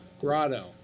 Grotto